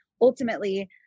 ultimately